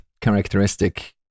characteristic